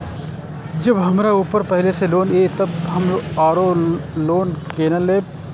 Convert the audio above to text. जब हमरा ऊपर पहले से लोन ये तब हम आरो लोन केना लैब?